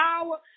power